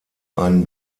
einen